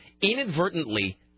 inadvertently